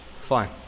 Fine